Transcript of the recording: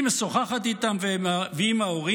היא משוחחת איתם ועם ההורים,